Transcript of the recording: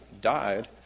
died